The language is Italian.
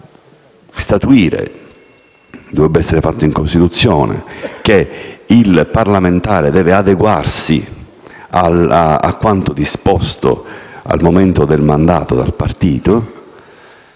statuire (dovrebbe essere fatto in Costituzione) che il parlamentare deve adeguarsi a quanto disposto, al momento del mandato, dal partito,